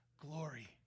glory